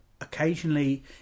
occasionally